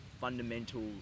fundamental